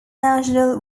national